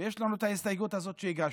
ויש לנו את ההסתייגות הזאת שהגשנו,